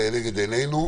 עינינו,